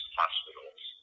hospitals